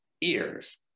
ears